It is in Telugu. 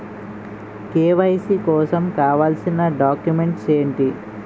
కే.వై.సీ కోసం కావాల్సిన డాక్యుమెంట్స్ ఎంటి?